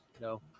No